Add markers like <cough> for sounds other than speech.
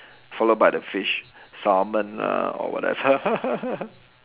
followed by the fish salmon lah or whatever <laughs>